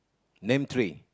name three